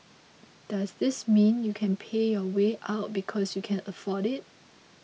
does this mean you can pay your way out because you can afford it